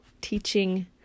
teaching